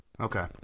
Okay